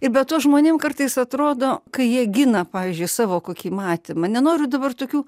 ir be to žmonėm kartais atrodo kai jie gina pavyzdžiui savo kokį matymą nenoriu dabar tokių